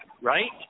right